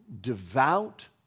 devout